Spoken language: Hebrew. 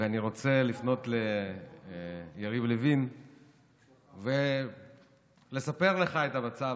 ואני רוצה לפנות ליריב לוין ולספר לך מה המצב,